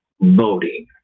voting